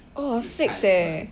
orh six eh